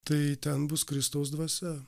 tai ten bus kristaus dvasia